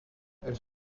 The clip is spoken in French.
elles